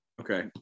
Okay